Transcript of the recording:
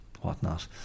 whatnot